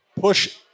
push